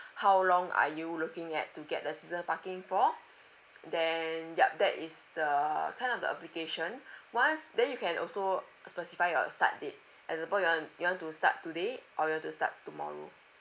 how long are you looking at to get a season parking for then yup that is the kind of a application once then you can also specify your start date at the point you want you want to start today or you want to start tomorrow